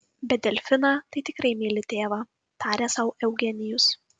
bet delfiną tai tikrai myli tėvą tarė sau eugenijus